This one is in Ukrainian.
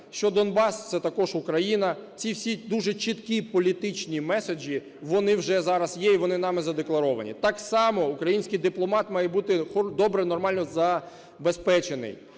що Донбас – це також Україна. Ці всі дуже чіткі політичні меседжі, вони вже зараз є і вони нами задекларовані. Так само український дипломат має бути добре нормально забезпечений,